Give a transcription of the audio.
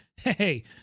Hey